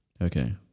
Okay